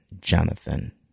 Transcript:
Jonathan